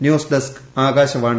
news desk Akashvani